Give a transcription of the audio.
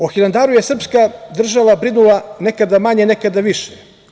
O Hilandaru je srpska država brinula nekada manje, nekada više.